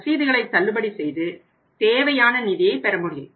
ரசீதுகளை தள்ளுபடி செய்து தேவையான நிதியை பெற முடியும்